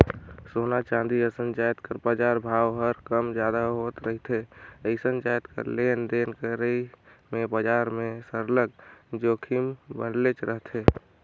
सोना, चांदी असन जाएत कर बजार भाव हर कम जादा होत रिथे अइसने जाएत कर लेन देन करई में बजार में सरलग जोखिम बनलेच रहथे